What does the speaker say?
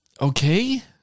Okay